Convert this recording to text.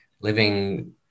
living